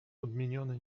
odmieniony